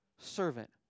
servant